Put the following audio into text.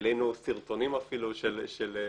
העלינו סרטונים אפילו של פרופ'